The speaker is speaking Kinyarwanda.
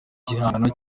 gihangano